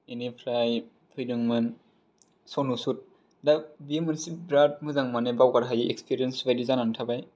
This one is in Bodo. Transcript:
बेनिफ्राइ फैदोंमोन सनु सुद दा बियो मोनसे बिराथ मोजां माने बावगार हायै इकस्फिरियेन्स बायदि जानानै थाबाय